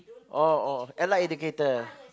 oh oh allied educator